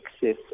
access